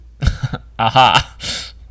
Aha